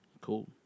Cool